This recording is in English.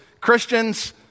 Christians